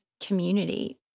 community